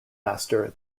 master